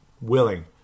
willing